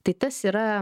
tai tas yra